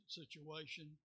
situation